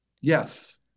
yes